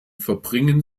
verbringen